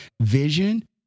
vision